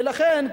ולכן,